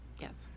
Yes